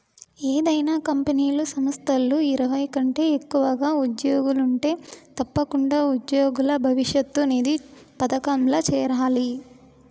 ఏదైనా కంపెనీలు, సంస్థల్ల ఇరవై కంటే ఎక్కువగా ఉజ్జోగులుంటే తప్పకుండా ఉజ్జోగుల భవిష్యతు నిధి పదకంల చేరాలి